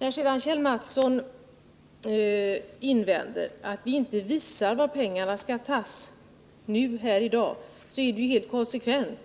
När sedan Kjell Mattsson invänder att vi inte här i dag visar var pengarna skall tas så är det helt konsekvent. Men